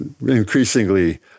increasingly